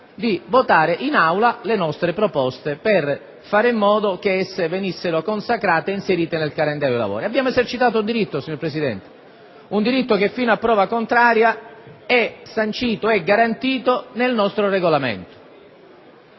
di votare in Aula le nostre proposte per fare in modo che esse venissero consacrate ed inserite nel calendario dei lavori. Abbiamo esercitato un diritto, signor Presidente, che fino a prova contraria è sancito e garantito dal nostro Regolamento.